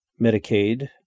Medicaid